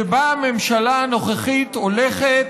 שבה הממשלה הנוכחית הולכת,